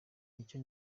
icyo